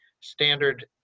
standard